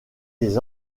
des